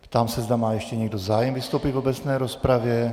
Ptám se, zda má ještě někdo zájem vystoupit v obecné rozpravě.